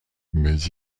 mais